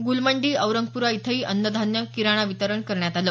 गुलमंडी औरंगपुरा इथंही अन्न धान्य किराणा वितरण करण्यात आलं